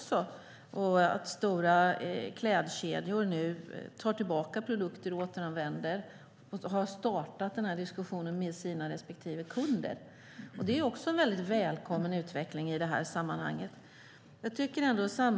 Stora klädkedjor tar tillbaka produkter och återanvänder dem. De har startat diskussionen med sina respektive kunder. Det är en välkommen utveckling i sammanhanget.